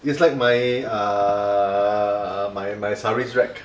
it's like my err my my Saris rack